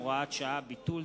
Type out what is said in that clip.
הוראת שעה) (ביטול),